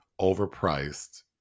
overpriced